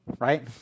Right